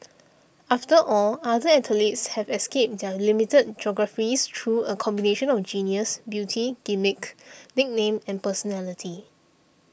after all other athletes have escaped their limited geographies through a combination on genius beauty gimmick nickname and personality